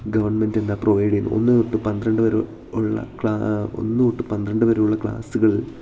government എന്താ provide ചെയ്യുന്ന ഒന്ന് തൊട്ട് പന്ത്രണ്ട് വരെ ഉള്ള ഒന്ന് തൊട്ട് പന്ത്രണ്ട് വരെ ഉള്ള ക്ലാസുകൾ